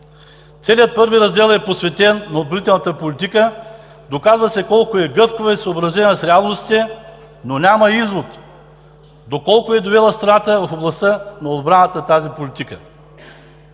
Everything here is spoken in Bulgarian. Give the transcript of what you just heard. Целият първи раздел е посветен на отбранителната политика. Доказва се колко е гъвкава и съобразена с реалностите, но няма извод, доколко е довела страната в областта на отбраната тази политика.